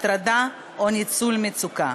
הטרדה או ניצול מצוקה.